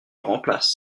remplace